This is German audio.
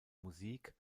musik